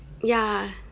ya